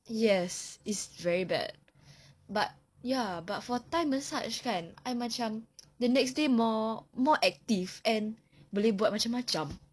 yes it's very bad but ya but for thai massage kan I macam the next day more more active and boleh buat macam-macam